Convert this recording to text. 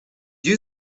you